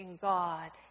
God